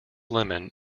lemon